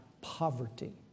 poverty